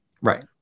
Right